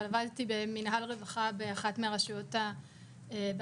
אבל עבדתי במינהל רווחה באחת מהרשויות במרכז.